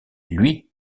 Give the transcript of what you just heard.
lui